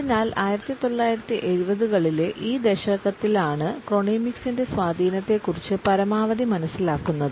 അതിനാൽ 1970കളിലെ ഈ ദശകത്തിലാണ് ക്രോണമിക്സ്ൻറെ സ്വാധീനത്തെക്കുറിച്ച് പരമാവധി മനസ്സിലാക്കുന്നത്